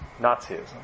Nazism